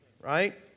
right